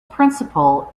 principle